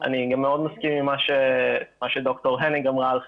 אני גם מאוד מסכים עם מה שד"ר הניג אמרה על חינוך.